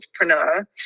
entrepreneur